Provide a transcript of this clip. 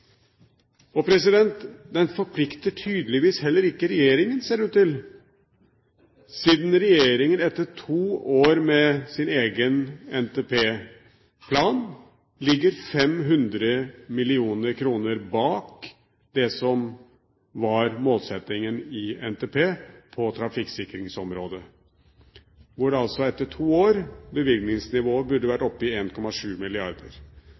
Den forplikter heller ikke regjeringen, ser det ut til, siden regjeringen etter to år med sin egen NTP-plan ligger 500 mill. kr bak det som var målsettingen i NTP på trafikksikringsområdet, hvor bevilgningsnivået etter to år burde